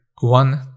one